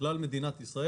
תחקיר על כל אחת מהן.